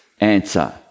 answer